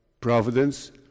providence